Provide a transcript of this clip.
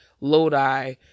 Lodi